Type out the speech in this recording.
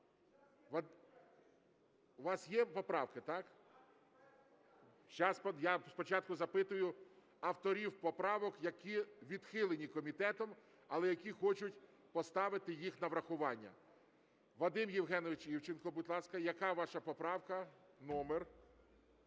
У вас є поправки, так? Я спочатку запитую авторів поправок, які відхилені комітетом, але які хочуть поставити їх на врахування. Вадим Євгенович Івченко, будь ласка. Яка ваша поправка, номер?